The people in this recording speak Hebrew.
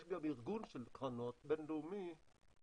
יש גם ארגון בינלאומי של קרנות והם